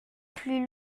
plus